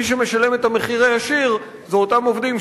מי שמשלם את המחיר הישיר זה אותם עובדים,